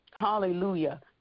hallelujah